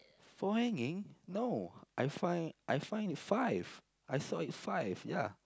four hanging no I find I find it five I saw it five ya